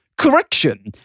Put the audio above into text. Correction